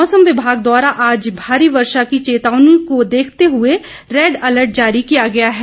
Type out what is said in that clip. मौसम विभाग द्वारा आज भारी वर्षा की चेतावनी को देखते हुए रैड अलर्ट जारी किया गया है